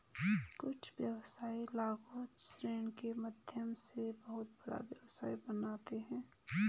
कुछ व्यवसायी लघु ऋण के माध्यम से बहुत बड़ा व्यवसाय बनाते हैं